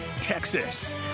Texas